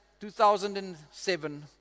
2007